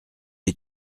est